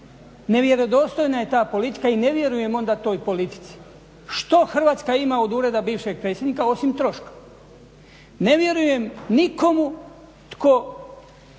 Nevjerodostojna je ta politika i ne vjerujem onda toj politici. Što Hrvatska ima od Ureda bivšeg predsjednika, osim troška? Ne vjerujem nikome tko